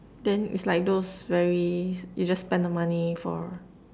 then it's like those very you just spend the money for